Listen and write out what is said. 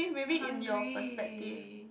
I'm hungry